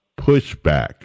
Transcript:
pushback